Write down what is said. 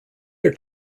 are